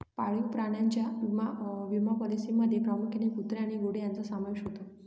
पाळीव प्राण्यांच्या विमा पॉलिसींमध्ये प्रामुख्याने कुत्रे आणि घोडे यांचा समावेश होतो